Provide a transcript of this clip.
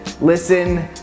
Listen